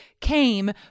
came